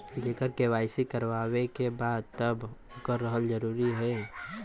जेकर के.वाइ.सी करवाएं के बा तब ओकर रहल जरूरी हे?